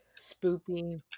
spoopy